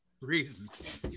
Reasons